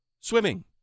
swimming